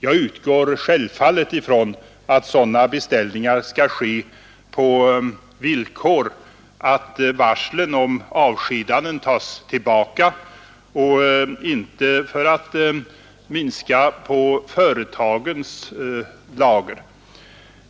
Jag utgår självfallet ifrån att sådana beställningar skall ske på villkor att varslen om avskedanden tas tillbaka och inte för att minska företagens lager.